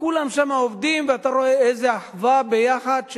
כולם שם עובדים ואתה רואה איזה אחווה ביחד,